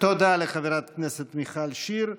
תודה לחברת הכנסת מיכל שיר סגמן.